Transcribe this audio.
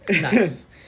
Nice